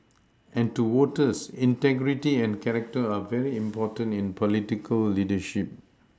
and to voters integrity and character are very important in political leadership